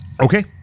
Okay